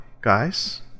guys